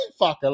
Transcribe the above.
fucker